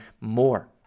more